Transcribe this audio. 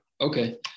okay